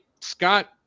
Scott